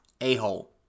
a-hole